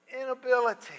inability